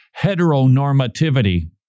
heteronormativity